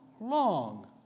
long